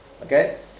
Okay